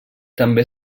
també